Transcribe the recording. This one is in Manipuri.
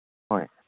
ꯍꯣꯏ